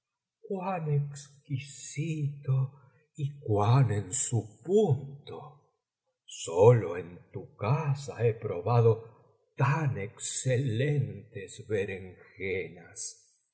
cuan exquisito y cuan en su punto sólo en tu casa he probado tan excelentes berenjenas